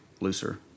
looser